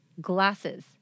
glasses